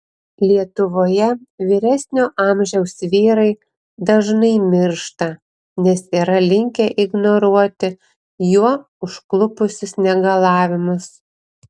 lietuvoje vyresnio amžiaus vyrai dažnai miršta nes yra linkę ignoruoti juo užklupusius negalavimus